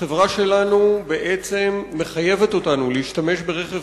החברה שלנו בעצם מחייבת אותנו להשתמש ברכב